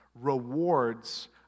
rewards